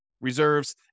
Reserves